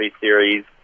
series